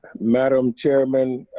madam chairman.